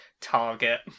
Target